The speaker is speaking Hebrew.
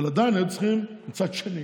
אבל מצד שני